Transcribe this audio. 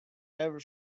ever